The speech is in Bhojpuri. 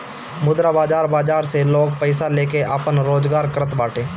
मुद्रा बाजार बाजार से लोग पईसा लेके आपन रोजगार करत बाटे